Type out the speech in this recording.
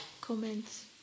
comments